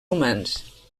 humans